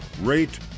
rate